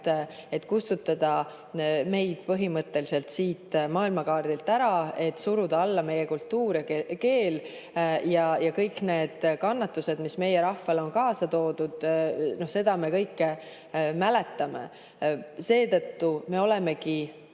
et kustutada meid põhimõtteliselt maailmakaardilt ära, et suruda alla meie kultuur ja keel. Kõik need kannatused, mis meie rahvale on kaasnenud – seda kõike me mäletame. Seetõttu me olemegi